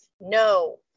no